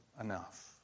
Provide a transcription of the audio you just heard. enough